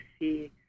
see